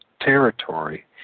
territory